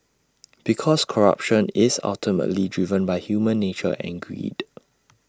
because corruption is ultimately driven by human nature and greed